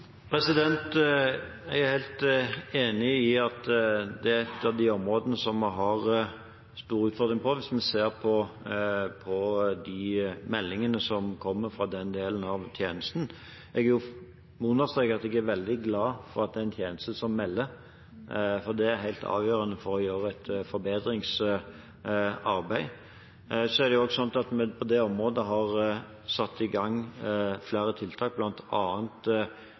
Jeg er helt enig i at det er et av de områdene som vi har store utfordringer på, hvis vi ser på de meldingene som kommer fra den delen av tjenesten. Jeg må understreke at jeg er veldig glad for at det er en tjeneste som melder, for det er helt avgjørende for å gjøre et forbedringsarbeid. Det er også sånn at vi på det området har satt i gang flere tiltak,